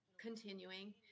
continuing